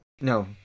No